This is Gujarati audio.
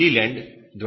Gilliland Edward R